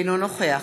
אינו נוכח